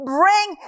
bring